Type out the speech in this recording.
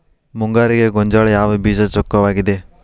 ಮುಂಗಾರಿಗೆ ಗೋಂಜಾಳ ಯಾವ ಬೇಜ ಚೊಕ್ಕವಾಗಿವೆ?